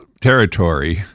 territory